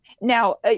Now